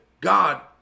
God